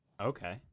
Okay